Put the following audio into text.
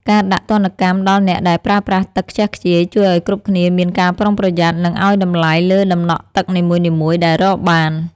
ការដាក់ទណ្ឌកម្មដល់អ្នកដែលប្រើប្រាស់ទឹកខ្ជះខ្ជាយជួយឱ្យគ្រប់គ្នាមានការប្រុងប្រយ័ត្ន និងឱ្យតម្លៃលើដំណក់ទឹកនីមួយៗដែលរកបាន។